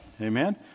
Amen